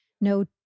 no